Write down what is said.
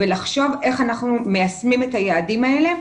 ולחשוב איך אנחנו מיישמים את היעדים האלה,